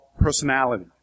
personality